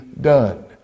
done